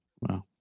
Wow